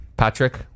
Patrick